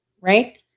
right